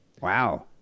Wow